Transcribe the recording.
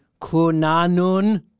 Kunanun